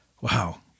wow